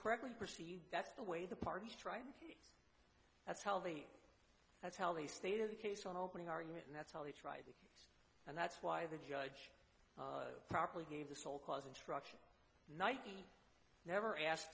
correctly perceived that's the way the parties try and that's how the that's how they stated the case on opening argument and that's how they tried it and that's why the judge properly gave the sole cause instruction night he never asked